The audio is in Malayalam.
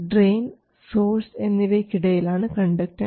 ഡ്രെയിൻ സോഴ്സ് എന്നിവയ്ക്ക് ഇടയിലാണ് കണ്ടക്ടൻസ്